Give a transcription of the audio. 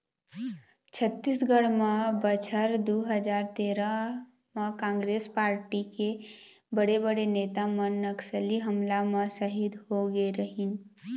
छत्तीसगढ़ म बछर दू हजार तेरा म कांग्रेस पारटी के बड़े बड़े नेता मन नक्सली हमला म सहीद होगे रहिन